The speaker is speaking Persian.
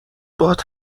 باهات